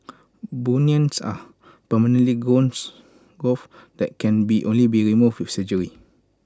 bunions are permanent growths and can only be removed with surgery